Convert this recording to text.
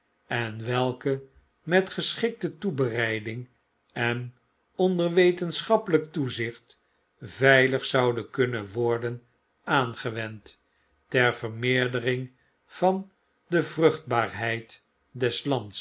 en welke met geschikte toebereiding en onder wetenschappeljjk toezicht veilig zouden kunnen worden aangewend ter vermeerdering van de vruchtbaarneid